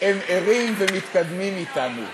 הם ערים ומתקדמים אתו.